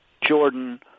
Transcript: Jordan